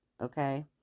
Okay